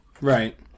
Right